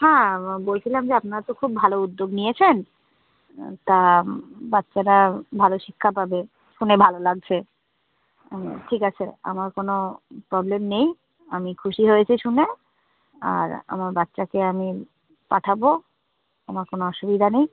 হ্যাঁ বলছিলাম যে আপনার তো খুব ভালো উদ্যোগ নিয়েছেন তা বাচ্চারা ভালো শিক্ষা পাবে শুনে ভালো লাগছে ঠিক আছে আমার কোনো প্রবলেম নেই আমি খুশি হয়েছি শুনে আর আমার বাচ্চাকে আমি পাঠাবো আমার কোনো অসুবিধা নেই